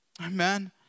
Amen